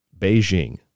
Beijing